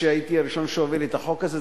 שהייתי הראשון שהוביל את החוק הזה,